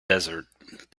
desert